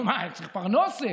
צריך פרנסה.